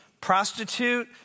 prostitute